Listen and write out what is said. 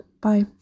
Bye